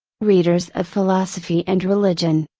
readers of philosophy and religion,